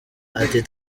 ati